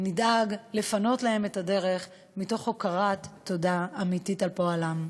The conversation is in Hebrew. נדאג לפנות להם את הדרך מתוך הכרת תודה אמיתית על פועלם.